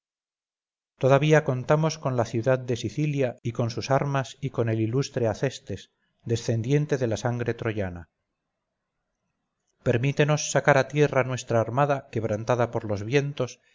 todavía contamos con la ciudad de sicilia y con sus armas y con el ilustre acestes descendiente de la sangre troyana permítenos sacar a tierra nuestra armada quebrantada por los vientos